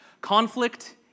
Conflict